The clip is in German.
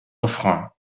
refrain